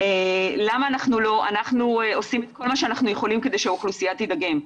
אנחנו עושים את כל מה שאנחנו יכולים כדי שהאוכלוסייה תידגם,